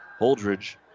Holdridge